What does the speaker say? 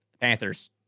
Panthers